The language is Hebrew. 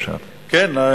תודה.